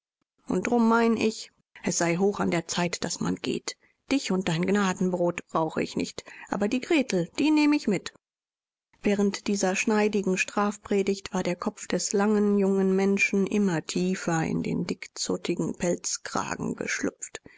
und drum mein ich es sei hoch an der zeit daß man geht dich und dein gnadenbrot brauche ich nicht aber die gretel die nehm ich mit während dieser schneidigen strafpredigt war der kopf des langen jungen menschen immer tiefer in den dickzottigen pelzkragen geschlüpft